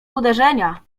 uderzenia